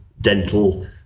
dental